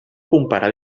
comparar